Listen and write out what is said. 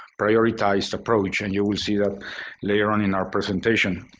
prioritized approach. and you will see that later on in our presentation.